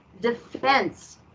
defense